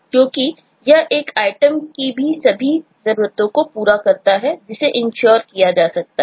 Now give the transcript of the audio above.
क्योंकि यह एक item की सभी आवश्यकताओं को पूरा करता है जिसे insure किया जा सकता है